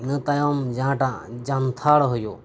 ᱤᱱᱟᱹ ᱛᱟᱭᱚᱢ ᱡᱟᱦᱟᱸᱴᱟᱜ ᱡᱟᱱᱛᱷᱟᱲ ᱦᱩᱭᱩᱜ